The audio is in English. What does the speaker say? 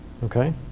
Okay